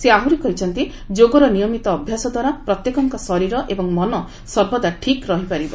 ସେ ଆହୁରି କହିଛନ୍ତି ଯୋଗର ନିୟମିତ ଅଭ୍ୟାସ ଦ୍ୱାରା ପ୍ରତ୍ୟେକଙ୍କ ଶରୀର ଏବଂ ମନ ସର୍ବଦା ଠିକ୍ ରହି ପାରିବ